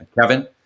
Kevin